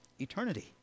eternity